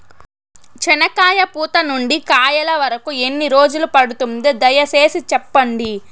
చెనక్కాయ పూత నుండి కాయల వరకు ఎన్ని రోజులు పడుతుంది? దయ సేసి చెప్పండి?